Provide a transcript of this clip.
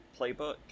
playbook